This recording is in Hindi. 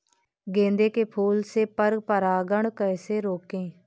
गेंदे के फूल से पर परागण कैसे रोकें?